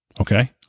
Okay